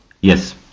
Yes